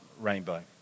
rainbow